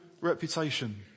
reputation